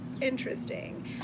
Interesting